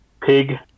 Pig